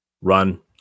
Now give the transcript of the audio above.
run